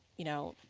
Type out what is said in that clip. you know,